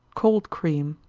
cold cream.